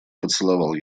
поцеловал